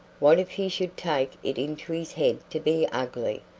what if he should take it into his head to be ugly!